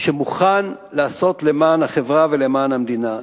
שמוכן לעשות למען החברה ולמען המדינה.